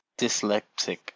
Dyslexic